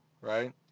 right